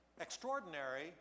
extraordinary